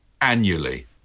annually